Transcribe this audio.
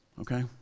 Okay